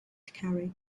carry